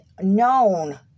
known